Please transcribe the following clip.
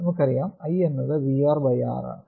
നമുക്കറിയാം I എന്നത് VRR ആണ്